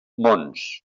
mons